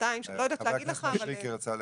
חבר הכנסת מישרקי רצה להציג.